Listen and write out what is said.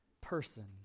person